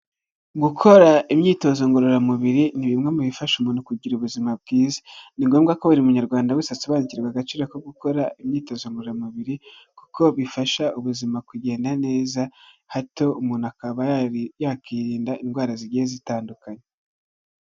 Gukora imyitozo ngororamubiri ni bimwe mu bifasha umuntu kugira ubuzima bwiza ni ngombwa ko buri munyarwanda wese asobanukirwa agaciro ko gukora imyitozo ngororamubiri kuko bifasha ubuzima kugenda neza hato umuntu akaba yakirinda indwara zigiye zitandukanye.